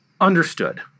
Understood